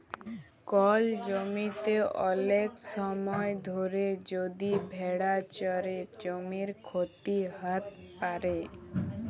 call জমিতে ওলেক সময় ধরে যদি ভেড়া চরে জমির ক্ষতি হ্যত প্যারে